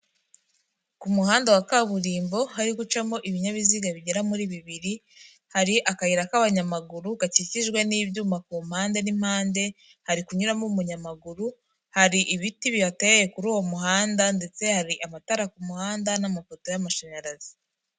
Ku muhanda wa kaburimbo hari gucamo ibinyabiziga bigera muri bibiri, hari akayira k'abanyamaguru, gakikijwe n'ibyuma ku mpande n'impande, hari kunyuramo umunyamaguru, hari ibiti biyateye kuri uwo muhanda ndetse hari amatara ku muhanda n'amapoto y'amashanyarazi.